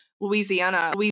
Louisiana –